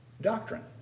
Doctrine